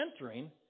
entering